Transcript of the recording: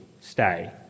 stay